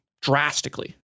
drastically